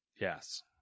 Yes